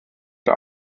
der